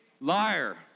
liar